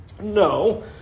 No